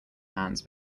hands